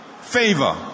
favor